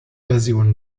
version